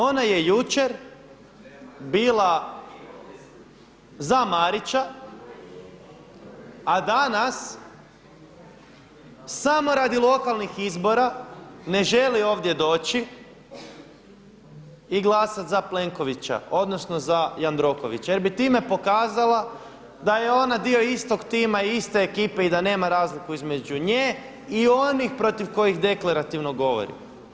Ona je jučer bila za Marića a danas samo radi lokalnih izbora ne želi ovdje doći i glasati za Plenkovića, odnosno za Jandrokovića jer bi time pokazala da je ona dio istog tima, iste ekipe i da nema razliku između nje i onih protiv kojih deklarativno govori.